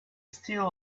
steel